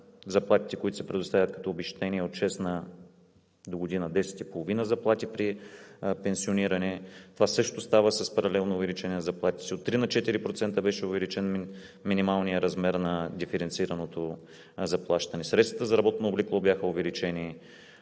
заплатите, които се предоставят като обезщетения от 6 заплати на 10,5 – догодина при пенсиониране. Това също става с паралелно увеличение на заплатите, от 3 на 4% беше увеличен минималният размер на диференцираното заплащане. Средствата за работно облекло бяха увеличени,